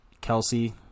Kelsey